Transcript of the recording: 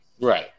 Right